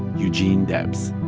eugene debs